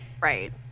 right